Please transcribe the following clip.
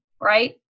right